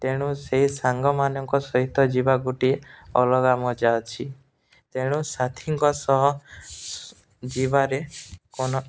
ତେଣୁ ସେ ସାଙ୍ଗମାନଙ୍କ ସହିତ ଯିବା ଗୋଟିଏ ଅଲଗା ମଜା ଅଛି ତେଣୁ ସାଥିଙ୍କ ସହ ଯିବାରେ କ'ଣ